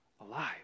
alive